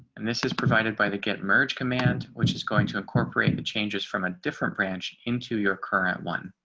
and this is provided by the get merged command which is going to incorporate the changes from a different branch into your current one.